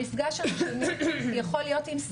המפגש הראשוני יכול להיות עם סייר.